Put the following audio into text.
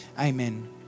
Amen